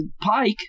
Pike